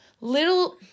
little